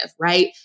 right